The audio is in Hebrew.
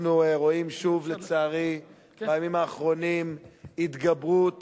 אנחנו רואים שוב, לצערי, בימים האחרונים, התגברות